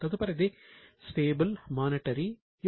తదుపరిది stable monetary unit